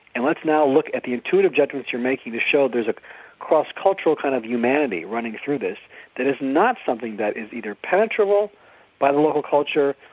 and let's now look at the intuitive judgements you're making to show there's a cross cultural kind of humanity running through this that is not something that is either penetrable by the local culture,